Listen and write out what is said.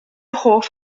hoff